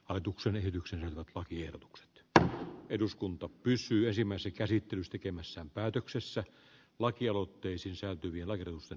hallituksen esityksen ovat ohi ehdotuksen että eduskunta pysyisimme se käsitys tekemässä päätöksessä lakialoitteen sisältyvillä edustan